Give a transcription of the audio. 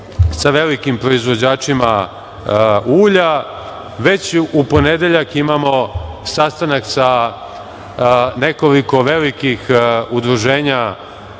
sa velikim proizvođačima ulja. Već u ponedeljak imamo sastanak sa nekoliko velikih udruženja